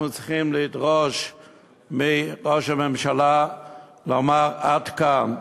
אנחנו צריכים לדרוש מראש הממשלה לומר: עד כאן.